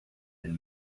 and